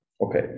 okay